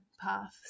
path